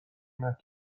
نکرد